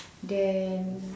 then